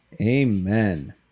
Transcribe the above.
Amen